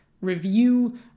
Review